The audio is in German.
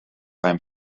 beim